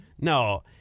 no